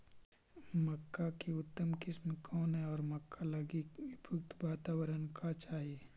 मक्का की उतम किस्म कौन है और मक्का लागि उपयुक्त बाताबरण का चाही?